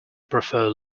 prefer